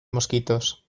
mosquitos